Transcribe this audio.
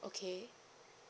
okay